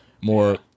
more